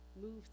move